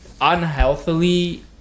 unhealthily